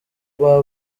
baba